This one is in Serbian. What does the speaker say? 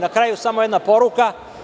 Na kraju, samo jedna poruka.